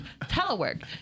Telework